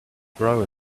grow